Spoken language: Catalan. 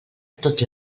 tot